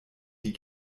die